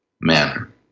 manner